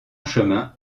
chemin